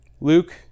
Luke